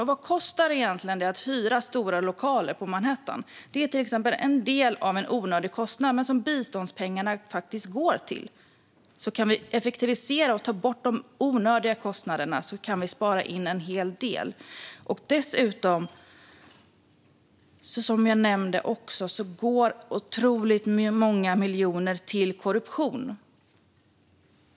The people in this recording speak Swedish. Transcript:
Och vad kostar det att hyra stora lokaler på Manhattan? Det är exempel på en onödig kostnad som biståndspengarna går till. Kan vi effektivisera och ta bort de onödiga kostnaderna kan vi spara in en hel del. Som jag nämnde går också otroligt många miljoner till korruption.